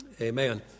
Amen